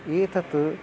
एतत्